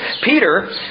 Peter